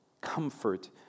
comfort